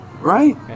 right